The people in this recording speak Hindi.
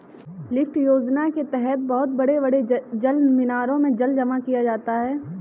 लिफ्ट सिंचाई योजना के तहद बहुत बड़े बड़े जलमीनारों में जल जमा किया जाता है